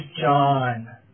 John